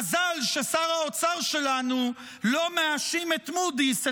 מזל ששר האוצר שלנו לא מאשים את מודי'ס,